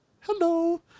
Hello